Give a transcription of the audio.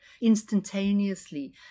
instantaneously